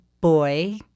boy